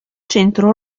centro